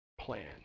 plan